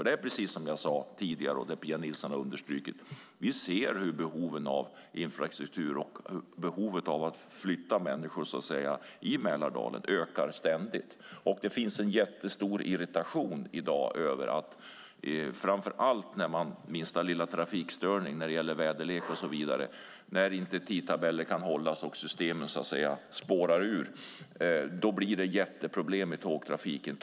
Det är precis som jag har sagt tidigare, och som Pia Nilsson har understrukit, nämligen att vi ser hur behovet av infrastruktur och att människor kan förflytta sig i Mälardalen ökar ständigt. Det finns en stor irritation i dag över att minsta lilla trafikstörning, väderlek och så vidare, tidtabeller kan inte hållas och systemen spårar ur, skapar stora problem i tågtrafiken.